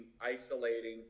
isolating